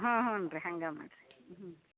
ಹ್ಞೂ ಹ್ಞೂ ರೀ ಹಾಗೆ ಮಾಡಿರಿ ಹ್ಞೂ